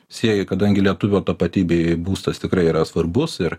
sieju kadangi lietuvio tapatybei būstas tikrai yra svarbus ir